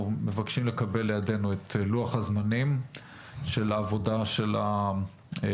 אנחנו מבקשים לקבל לידינו את לוח הזמנים של העבודה של הוועדה,